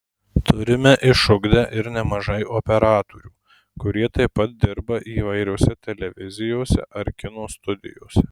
turime išugdę ir nemažai operatorių kurie taip pat dirba įvairiose televizijose ar kino studijose